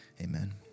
Amen